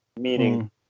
meaning